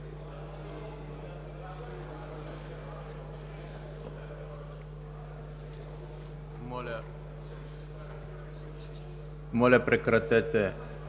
Моля, прекратете